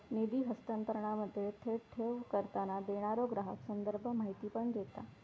निधी हस्तांतरणामध्ये, थेट ठेव करताना, देणारो ग्राहक संदर्भ माहिती पण देता